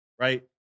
Right